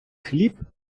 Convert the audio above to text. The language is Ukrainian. хліб